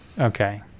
okay